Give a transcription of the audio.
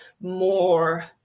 more